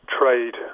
trade